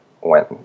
went